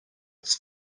its